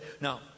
Now